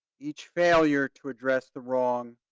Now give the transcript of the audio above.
each failure to address the wrong